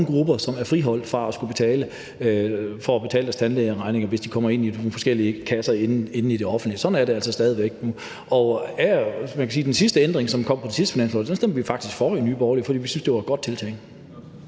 grupper, som er friholdt fra at skulle betale deres tandlægeregninger, hvis de kommer ind i nogle forskellige kasser inde i det offentlige system. Sådan er det altså stadig væk. Og jeg kan sige, at den sidste ændring, som kom med den sidste finanslov, stemte vi faktisk for i Nye Borgerlige, fordi vi syntes, det var et godt tiltag.